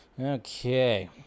Okay